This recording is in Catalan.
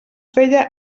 feia